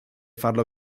farlo